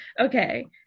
okay